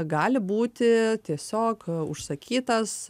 gali būti tiesiog užsakytas